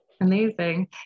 Amazing